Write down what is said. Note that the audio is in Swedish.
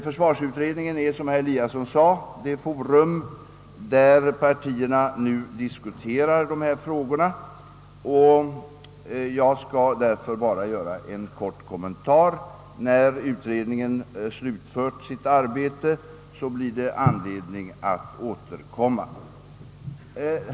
Försvarsutredningen är, som herr Eliasson i Sundborn sade, det forum där partierna nu diskuterar dessa frågor, och jag skall därför bara göra en kort kommentar; när utredningen slutfört sitt arbete finns det anledning att återkomma.